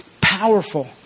powerful